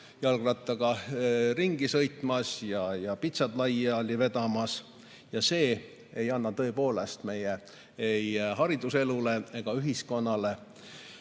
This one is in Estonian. jalgrattaga ringi sõitmas ja pitsat laiali vedamas. See ei anna tõepoolest meie hariduselule ega ühiskonnale